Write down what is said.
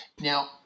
Now